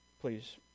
please